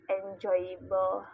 enjoyable